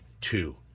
two